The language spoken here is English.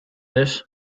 this